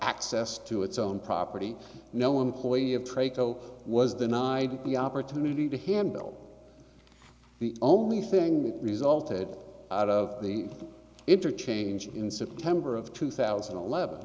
access to its own property no employee of trade was denied the opportunity to handle the only thing that resulted out of the interchange in september of two thousand and eleven